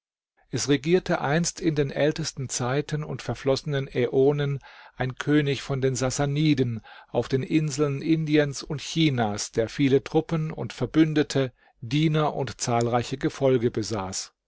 es regierte einst in den ältesten zeiten und verflossenen äonen ein könig von den sassanidenman sieht hieraus wie wenig historische und geographische kenntnisse unser erzähler haben mußte da er einen persischen regenten über indien und china herrschen läßt auf den inseln indiens und chinas der viele truppen und verbündete diener und zahlreiches gefolge besaß